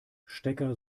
stecker